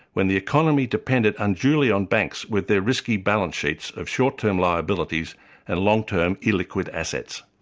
when the economy depended unduly on banks with their risky balance sheets of short-term liabilities and long-term illiquid assets.